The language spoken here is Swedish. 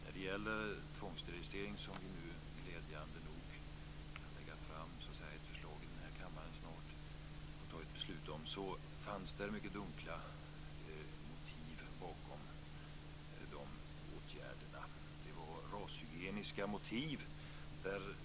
När det gäller tvångssterilisering, som vi glädjande nog snart kan fatta beslut om i denna kammare, fanns det mycket dunkla motiv bakom dessa åtgärder. Det var rashygieniska motiv.